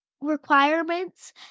requirements